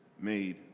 made